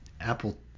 apple